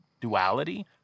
duality